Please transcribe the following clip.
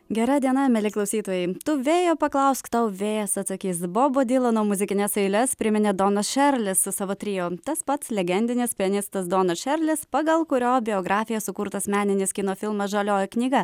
gera diena mieli klausytojai tu vėjo paklausk tau vėjas atsakys bobo dylano muzikines eiles priminė donas šerlis su savo trio tas pats legendinis pianistas donas šerlis pagal kurio biografiją sukurtas meninis kino filmas žalioji knyga